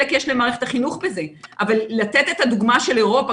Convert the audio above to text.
ברשויות שרואים שיש בהם את ה לא יודע,